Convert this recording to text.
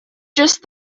just